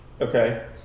Okay